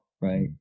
right